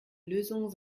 lösung